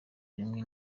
rimwe